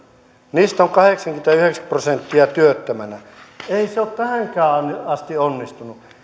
niistä on kahdeksankymmentä viiva yhdeksänkymmentä prosenttia työttömänä ei se ole tähänkään asti onnistunut